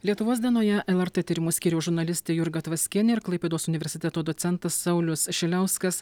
lietuvos dienoje lrt tyrimų skyriaus žurnalistė jurga tvaskienė ir klaipėdos universiteto docentas saulius šiliauskas